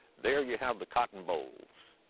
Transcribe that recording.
there you have the cotton bolls.